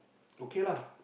okay lah